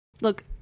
Look